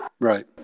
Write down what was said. Right